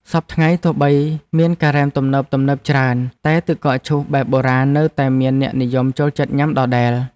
សព្វថ្ងៃទោះបីមានការ៉េមទំនើបៗច្រើនតែទឹកកកឈូសបែបបុរាណនៅតែមានអ្នកនិយមចូលចិត្តញ៉ាំដដែល។